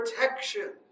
protection